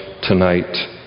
tonight